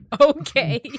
okay